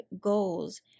goals